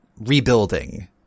rebuilding